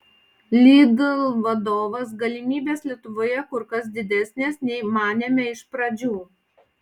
lidl vadovas galimybės lietuvoje kur kas didesnės nei manėme iš pradžių